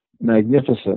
magnificent